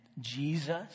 Jesus